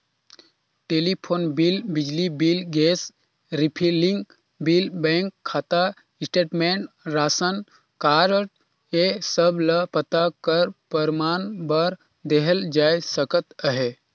telephone bill, बिजली bill, gas refilling bill, bank खाता statement, ration card ए सब ल पता कर परमान बर देहल जाए सकत अहे